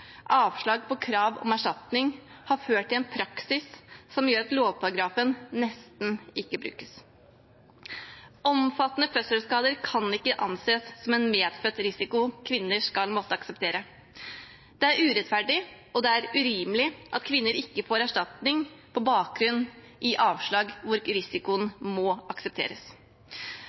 avslag på krav om erstatning, har ført til en praksis som gjør at lovparagrafen nesten ikke brukes. Omfattende fødselsskader kan ikke anses som en medfødt risiko kvinner skal måtte akseptere. Det er urettferdig og det er urimelig at kvinner ikke får erstatning på bakgrunn av avslag med begrunnelse at risikoen må aksepteres.